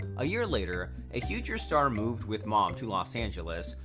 a year later, a future star moved with mom to los angeles,